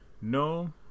No